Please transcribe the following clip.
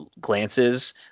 glances